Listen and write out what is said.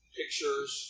pictures